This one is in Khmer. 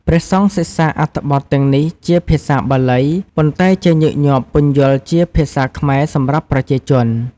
ព្រះសង្ឃសិក្សាអត្ថបទទាំងនេះជាភាសាបាលី ប៉ុន្តែជាញឹកញាប់ពន្យល់ជាភាសាខ្មែរសម្រាប់ប្រជាជន។